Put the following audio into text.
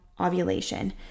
ovulation